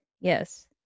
Yes